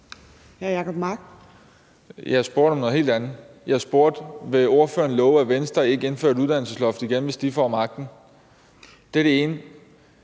Jeg spurgte om noget helt andet. Jeg spurgte, om ordføreren vil love, at Venstre ikke vil indføre et uddannelsesloft igen, hvis de får magten. Jeg håber bare,